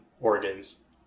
organs